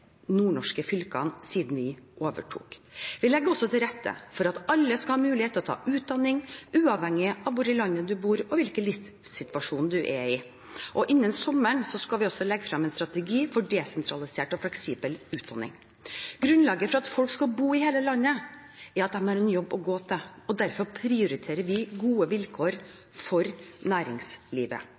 nordnorske fylkene siden vi overtok. Vi legger også til rette for at alle skal ha mulighet til å ta utdanning, uavhengig av hvor i landet man bor og hvilken livssituasjon man er i. Innen sommeren skal vi også legge frem en strategi for desentralisert og fleksibel utdanning. Grunnlaget for at folk skal bo i hele landet, er at de har en jobb å gå til. Derfor prioriterer vi gode vilkår for næringslivet.